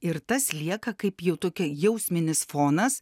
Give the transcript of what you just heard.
ir tas lieka kaip jau tokia jausminis fonas